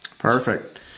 perfect